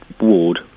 ward